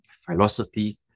philosophies